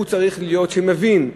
הוא צריך להיות: שמבין,